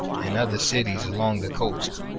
and other cities along the coast.